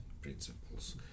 principles